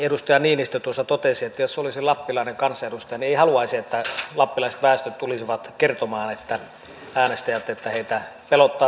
edustaja niinistö tuossa totesi että jos olisi lappilainen kansanedustaja niin ei haluaisi että lappilaiset väestöt tulisivat kertomaan äänestäjät että heitä pelottaa tämä ja tämä